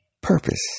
purpose